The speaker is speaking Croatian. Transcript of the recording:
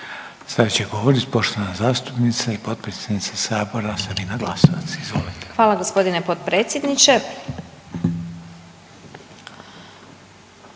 Sada će govoriti poštovana zastupnica i potpredsjednica Sabora Sabina Glasovac. Izvolite. **Glasovac, Sabina